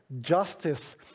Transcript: justice